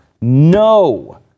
no